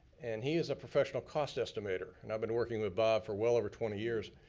and he is a professional cost estimator, and i've been working with bob for well over twenty years.